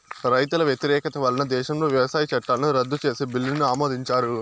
రైతుల వ్యతిరేకత వలన దేశంలో వ్యవసాయ చట్టాలను రద్దు చేసే బిల్లును ఆమోదించారు